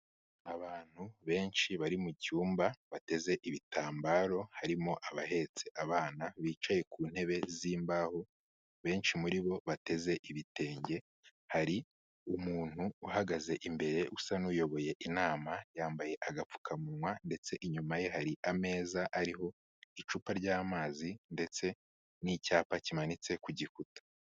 Abantu benshi bari mu cyumba bateze ibitambaro harimo abahetse abana bicaye ku ntebe z'imbaho, benshi muri bo bateze ibitenge. Hari umuntu uhagaze imbere usa n'uyoboye inama, yambaye agapfukamunwa ndetse inyuma ye hari ameza ariho icupa ry'amazi ndetse n'icyapa kimanitse ku gikuta.